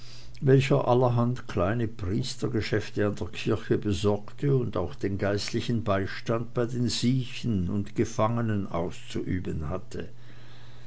welcher allerhand kleine priestergeschäfte an der kirche besorgte und auch den geistlichen beistand bei den siechen und gefangenen auszuüben hatte